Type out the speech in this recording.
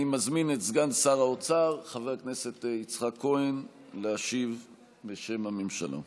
אני מזמין את סגן שר האוצר חבר הכנסת יצחק כהן להשיב בשם הממשלה.